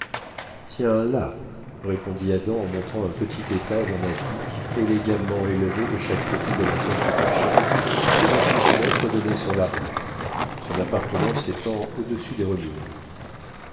tiens là répondit adam en montrant un petit étage en attique élégamment élevé de chaque côté de la porte cochère et dont une fenêtre donnait sur la rue son appartement s'étend au-dessus des remises